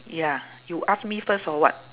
ya you ask me first or what